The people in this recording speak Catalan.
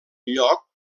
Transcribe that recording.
lloc